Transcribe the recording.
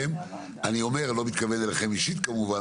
לא מתכוון אליכם אישית כמובן,